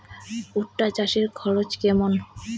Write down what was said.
ভুট্টা চাষে খরচ কেমন?